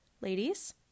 ladies